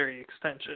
extension